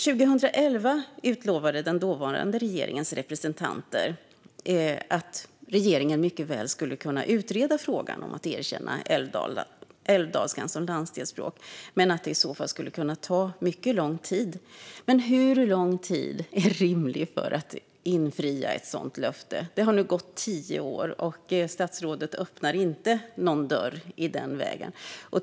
År 2011 utlovade den dåvarande regeringens representanter att regeringen mycket väl skulle kunna utreda frågan att erkänna älvdalskan som landsdelsspråk men att det i så fall skulle kunna ta mycket lång tid. Hur lång tid är rimligt för att infria ett sådant löfte? Det har nu gått tio år, och statsrådet öppnar inte någon dörr i den vägen.